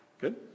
Good